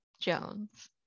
jones